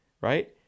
right